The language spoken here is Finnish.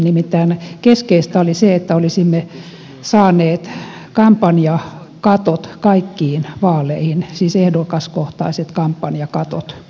nimittäin keskeistä oli se että olisimme saaneet kampanjakatot kaikkiin vaaleihin siis ehdokaskohtaiset kampanjakatot